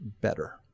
better